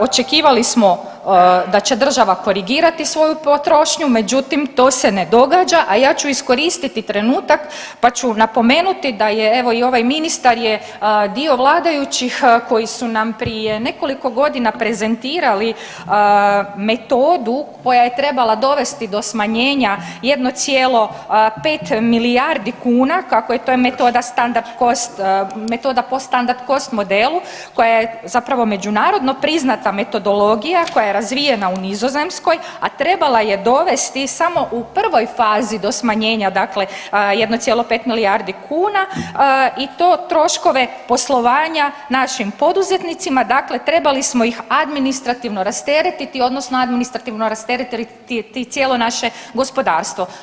Očekivali smo da će država korigirati svoju potrošnju međutim to se ne događa, a ja ću iskoristiti trenutak pa ću napomenuti da je evo i ovaj ministar je dio vladajućih koji su nam prije nekoliko godina prezentirali metodu koja je trebala dovesti do smanjenja 1,5 milijardi kuna kako je to metoda Standard Cost, metoda po Standard Cost modelu koja je zapravo međunarodno priznata metodologija koja je razvijena u Nizozemskoj, a trebala je dovesti samo u prvoj fazi do smanjenja dakle 1,5 milijardi kuna i to troškove poslovanja našim poduzetnicima, dakle trebali smo ih administrativno rasteretiti odnosno administrativno rasteretiti cijelo naše gospodarstvo.